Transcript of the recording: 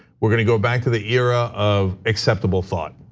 we're gonna go back to the era of acceptable thought.